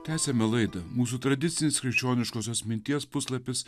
tęsiame laidų mūsų tradicinis krikščioniškosios minties puslapis